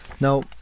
Now